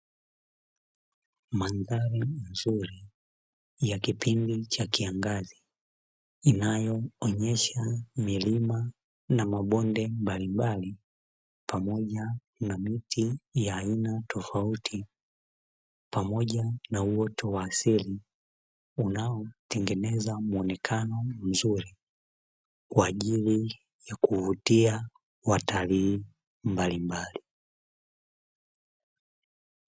Mandhari nzuri ya kipindi cha kiangazi inayoonyesha milima na mabonde mbalimbali, pamoja na miti ya aina tofauti, pamoja na uoto wa asili unaotengeneza muonekano mzuri kwa ajili ya kuvutia watalii mbalimbali.